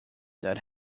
that